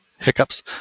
hiccups